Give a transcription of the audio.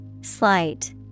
Slight